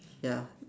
ya